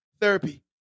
therapy